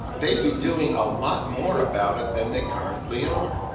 they'd be doing a lot more about it than they currently are,